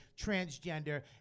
transgender